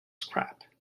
scrap